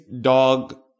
dog